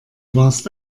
warst